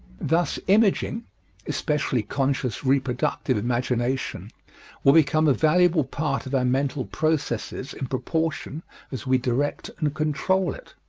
thus, imaging especially conscious reproductive imagination will become a valuable part of our mental processes in proportion as we direct and control it.